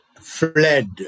fled